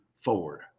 forward